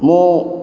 ମୁଁ